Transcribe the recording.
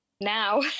now